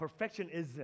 perfectionism